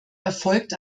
erfolgt